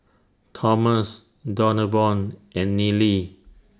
Thomas Donavon and Neely